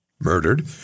murdered